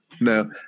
No